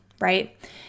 right